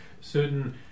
Certain